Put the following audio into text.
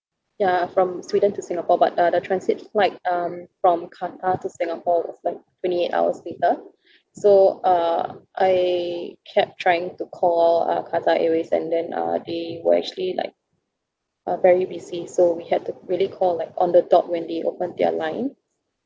ya from sweden to singapore but uh the transit flight um from qatar to singapore is like twenty eight hours later so uh I kept trying to call uh Qatar airways and then uh they were actually like uh very busy so we had to really call like on the dot when they open their line